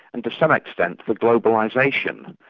and to some extent the globalisation